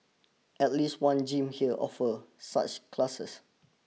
at least one gym here offer such classes